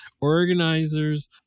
organizers